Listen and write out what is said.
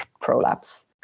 prolapse